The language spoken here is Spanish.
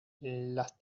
las